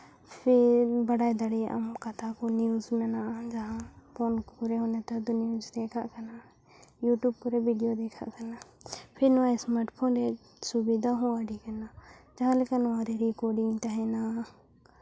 ᱯᱷᱤᱨ ᱵᱟᱰᱟᱭ ᱫᱟᱲᱮᱭᱟᱜ ᱟᱢ ᱠᱟᱛᱷᱟ ᱠᱚ ᱱᱤᱭᱩᱡᱽ ᱢᱮᱱᱟᱜᱼᱟ ᱡᱟᱦᱟᱸ ᱯᱷᱳᱱ ᱠᱚᱨᱮ ᱦᱚᱸ ᱱᱮᱛᱟᱨ ᱫᱚ ᱱᱤᱭᱩᱡᱽ ᱫᱮᱠᱷᱟᱜ ᱠᱟᱱᱟ ᱤᱭᱩᱴᱩᱵᱽ ᱠᱚᱨᱮ ᱵᱷᱤᱰᱤᱭᱳ ᱫᱮᱠᱷᱟᱜ ᱠᱟᱱᱟ ᱯᱷᱤᱨ ᱱᱚᱣᱟ ᱥᱢᱟᱨᱴ ᱯᱷᱳᱱ ᱨᱮᱭᱟᱜ ᱥᱩᱵᱤᱫᱷᱟ ᱦᱚᱸ ᱟᱹᱰᱤᱜᱟᱱᱟ ᱡᱟᱦᱟᱸ ᱞᱮᱠᱟ ᱱᱚᱣᱟ ᱨᱮᱜᱮ ᱨᱮᱠᱳᱰᱤᱝ ᱛᱟᱦᱮᱱᱟ